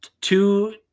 two